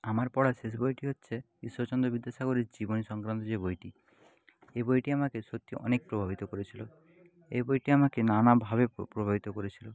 আমার পড়া শেষ বইটি হচ্ছে ঈশ্বরচন্দ্র বিদ্যাসাগরের জীবনী সংক্রান্ত যে বইটি এই বইটি আমাকে সত্যিই অনেক প্রভাবিত করেছিল এই বইটি আমাকে নানা ভাবে প্রভাবিত করেছিল